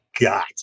got